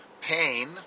Pain